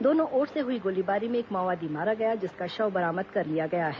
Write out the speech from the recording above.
दोनों ओर से हुई गोलीबारी में एक माओवादी मारा गया जिसका शव बरामद कर लिया गया है